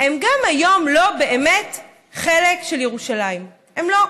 גם היום, הם לא באמת חלק של ירושלים, הם לא.